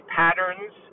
patterns